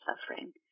suffering